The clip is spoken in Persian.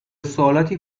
سوالاتی